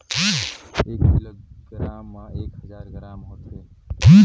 एक किलोग्राम म एक हजार ग्राम होथे